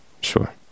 Sure